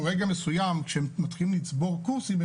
רגע מסוים כשהם מתחילים לצבור קורסים,